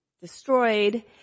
destroyed